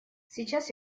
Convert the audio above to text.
сейчас